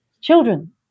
children